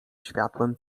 światłem